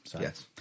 Yes